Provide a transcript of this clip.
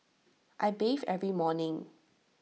I bathe every morning